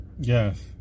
yes